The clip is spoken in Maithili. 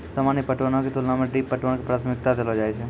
सामान्य पटवनो के तुलना मे ड्रिप पटवन के प्राथमिकता देलो जाय छै